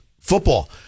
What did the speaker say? Football